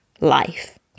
life